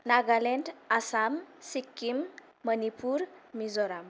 Nagaland Assam Sikkim Manipur Mizoram